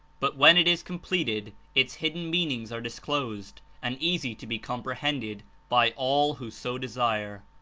but when it is completed its hidden meanings are disclosed and easy to be comprehended by all who so desire.